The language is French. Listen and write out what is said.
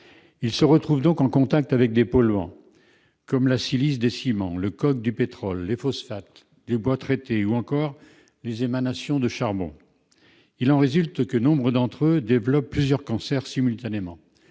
ils se retrouvent ainsi en contact avec des polluants comme la silice des ciments, le coke du pétrole, les phosphates, les bois traités ou encore les émanations du charbon. Résultat : nombre d'entre eux développent plusieurs cancers simultanément-